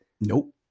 Nope